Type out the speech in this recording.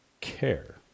care